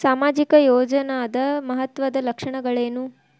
ಸಾಮಾಜಿಕ ಯೋಜನಾದ ಮಹತ್ವದ್ದ ಲಕ್ಷಣಗಳೇನು?